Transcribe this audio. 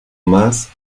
más